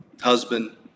husband